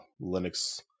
Linux